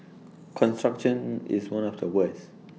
construction is one of the worst